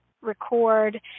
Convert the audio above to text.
record